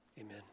Amen